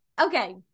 Okay